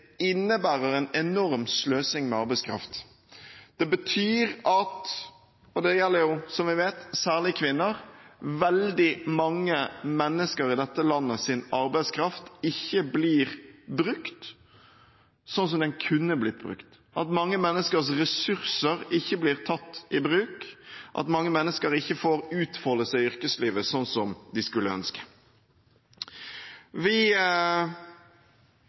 innebærer en enorm sløsing med arbeidskraft. Det betyr – og dette gjelder, som vi vet, særlig kvinner – at arbeidskraften til veldig mange mennesker i dette landet ikke blir brukt slik som den kunne blitt brukt, at mange menneskers ressurser ikke blir tatt i bruk, at mange mennesker ikke får utfolde seg i yrkeslivet slik som de skulle ønske. Vi